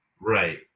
Right